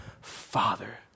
Father